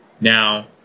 Now